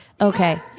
okay